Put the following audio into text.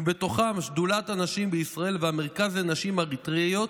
ובתוכם שדולת הנשים בישראל והמרכז לנשים אריתראיות,